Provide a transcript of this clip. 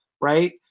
right